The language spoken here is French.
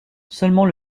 seulement